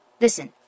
Listen